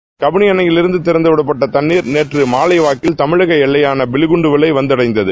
seconds Kabini அணையில் இருந்து திறந்துவிடப்பட்ட தண்ணீர் நேற்று மாலை தமிழக எல்லையான பிலிகுன்டுலுவை வந்தடைந்தது